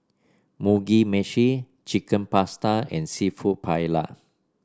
Mugi Meshi Chicken Pasta and seafood Paella